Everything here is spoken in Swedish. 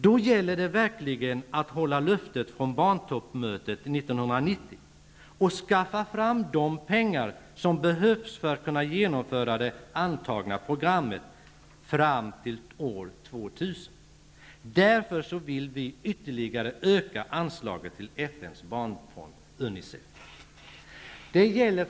Då gäller det verkligen att hålla löftet från barntoppmötet 1990 och skaffa fram de pengar som behövs för att kunna genomföra det antagna programmet fram till år 2000. Därför vill vi öka anslaget ytterligare till FN:s barnfond Unicef.